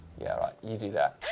yeah right, you do that.